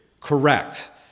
Correct